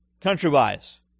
Country-wise